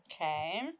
Okay